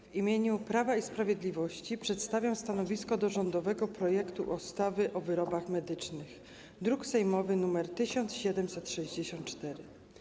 W imieniu Prawa i Sprawiedliwości przedstawiam stanowisko wobec rządowego projektu ustawy o wyrobach medycznych, druk sejmowy nr 1764.